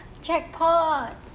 jackpot